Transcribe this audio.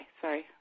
sorry